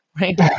right